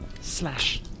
Slash